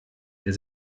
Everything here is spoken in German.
der